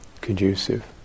conducive